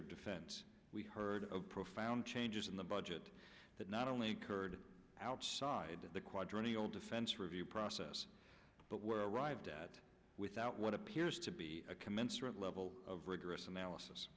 of defense we heard of profound changes in the budget that not only occurred outside the quadrennial defense review process but were arrived at without what appears to be a commensurate level of rigorous analysis